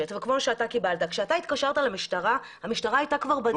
כשאתה התקשרת למשטרה, המשטרה הייתה כבר בדרך.